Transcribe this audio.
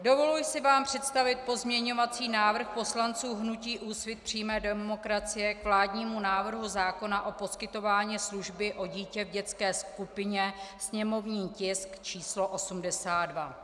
Dovoluji si vám představit pozměňovací návrh poslanců hnutí Úsvit přímé demokracie k vládnímu návrhu zákona o poskytování služby o dítě v dětské skupině, sněmovní tisk č. 82.